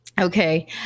Okay